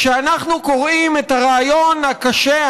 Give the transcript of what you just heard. כשאנחנו קוראים את הריאיון הקשה,